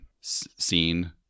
scene